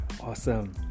Awesome